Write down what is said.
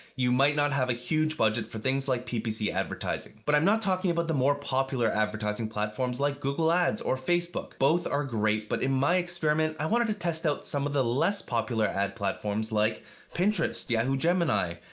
you might not have a huge budget for things like ppc advertising. but i'm not talking about the more popular advertising platforms like google ads or facebook. both are great, but in my experiment, i wanted to test out some of the less popular ad platforms like pinterest, yahoo gemini,